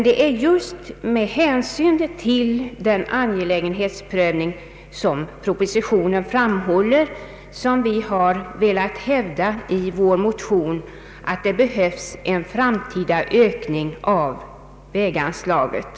Det är just med hänsyn till den angelägenhetsprövning propositionen framhåller som vi har velat hävda i våra motioner att det behövs en framtida ökning av väganslaget.